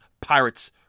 Pirates